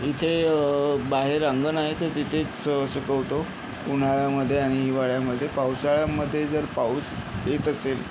इथे बाहेर अंगण आहे तर तिथेच सुकवतो उन्हाळ्यामध्ये आणि हिवाळ्यामध्ये पावसाळ्यामध्ये जर पाऊस येत असेल